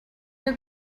your